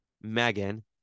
Megan